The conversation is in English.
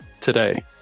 today